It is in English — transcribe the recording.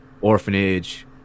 orphanage